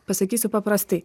pasakysiu paprastai